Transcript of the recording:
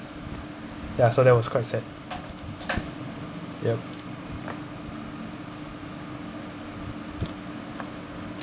yes so that was quite sad yup